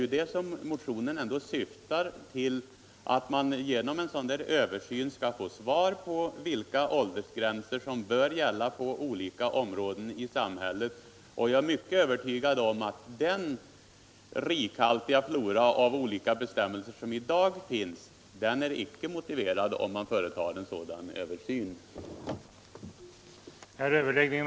Jag är övertygad om att den rikhaltiga flora av bestämmelser som i dag finns icke är motiverad. inflytande på de militära förbanden